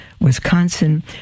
Wisconsin